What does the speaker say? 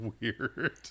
weird